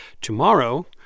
tomorrow